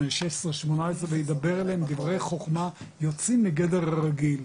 16-18 וידבר אליהם דברי חוכמה יוצאים מגדר הרגיל,